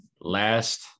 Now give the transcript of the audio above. Last